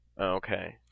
okay